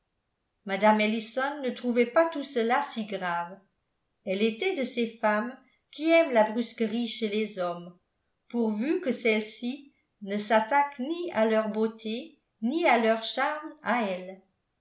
mme ellison ne trouvait pas tout cela si grave elle était de ces femmes qui aiment la brusquerie chez les hommes pourvu que celle-ci ne s'attaque ni à leur beauté ni à leurs charmes à elles